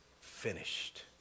finished